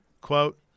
Quote